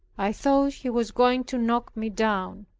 i thought he was going to knock me down.